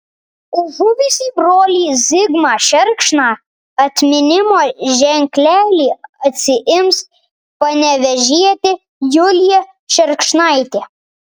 už žuvusį brolį zigmą šerkšną atminimo ženklelį atsiims panevėžietė julija šerkšnaitė